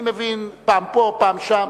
אני מבין פעם פה, פעם שם.